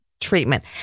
treatment